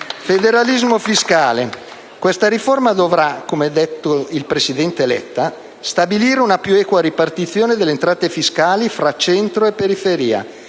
federalismo fiscale. Questa riforma dovrà, come ha detto il presidente Letta, stabilire una più equa ripartizione delle entrate fiscali fra centro e periferia,